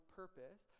purpose